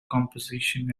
composition